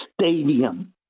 stadium